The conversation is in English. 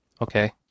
Okay